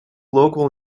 local